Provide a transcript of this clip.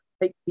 take